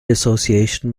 association